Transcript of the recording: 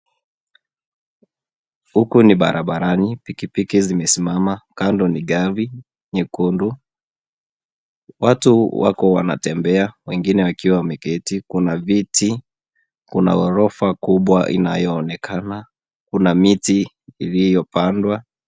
Huku ni barabarani, pikipiki zimesimama, kando ni gari nyekundu. Watu wako wanatembea, wengine wakiwa wameketi, kuna viti, kuna ghorofa kubwa inayoonekana, kuna miti iliyopandwa.